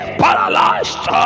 paralyzed